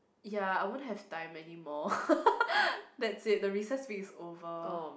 ya I won't have time anymore that's it the recess week is over